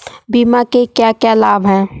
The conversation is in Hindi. बीमा के क्या क्या लाभ हैं?